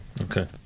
Okay